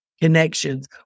connections